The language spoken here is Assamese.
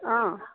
অঁ